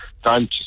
time